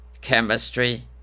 chemistry